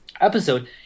episode